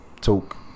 talk